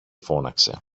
φώναξε